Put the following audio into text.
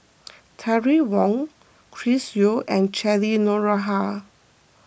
Terry Wong Chris Yeo and Cheryl Noronha